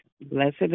Blessed